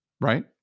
right